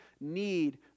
need